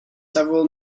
several